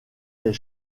les